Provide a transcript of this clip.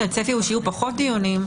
שהצפי הוא שיהיו פחות דיונים,